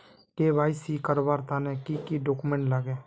KYC करवार तने की की डॉक्यूमेंट लागे?